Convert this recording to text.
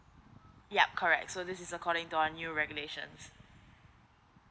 yup correct so this is according to our new regulations